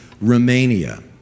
Romania